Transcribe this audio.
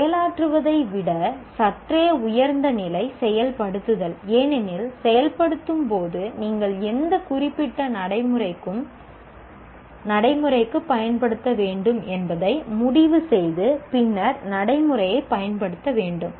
செயலாற்றுவதை விட சற்றே உயர்ந்த நிலை செயல்படுத்துதல் ஏனெனில் செயல்படுத்தும்போது நீங்கள் எந்த குறிப்பிட்ட நடைமுறைக்கு பயன்படுத்த வேண்டும் என்பதை முடிவு செய்து பின்னர் நடைமுறையைப் பயன்படுத்த வேண்டும்